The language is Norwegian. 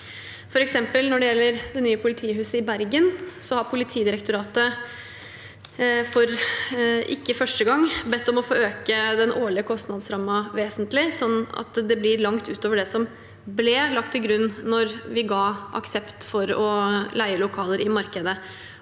For eksempel når det gjelder det nye politihuset i Bergen, har Politidirektoratet – ikke for første gang – bedt om å få øke den årlige kostnadsrammen vesentlig, sånn at det blir langt utover det som ble lagt til grunn da vi ga aksept for å leie lokaler i markedet.